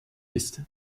ist